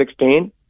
2016